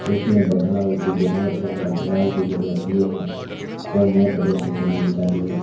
تو اس میں بدلاؤ کی ضرورت ہے بدلاؤ کی ضرورت یہ ہے کہ وہ موٹروں سے چلنی چاہیے